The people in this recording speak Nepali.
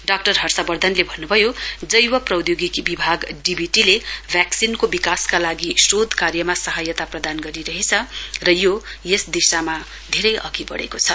डाक्टर हर्षवर्धनले भन्नुभयो जैव प्रौधोगिकी विभाग डी बी टी भेकसिन को विकासका लागि शोध कार्यमा सहायता प्रदान गरिरहेछ र यो यस दिशामा धेरै अघि वढ़ेको छ